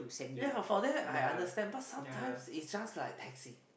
ya for that I understand but sometimes is just like taxi